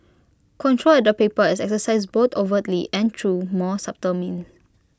control at the paper is exercised both overtly and through more subtle means